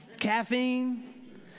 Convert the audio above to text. caffeine